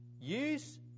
Use